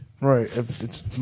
Right